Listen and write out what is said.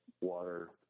water